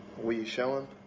will you show him?